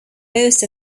most